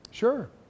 Sure